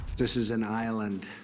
this is an island